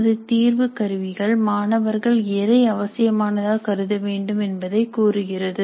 நமது தீர்வு கருவிகள் மாணவர்கள் எதை அவசியமானதாக கருத வேண்டும் என்பதை கூறுகிறது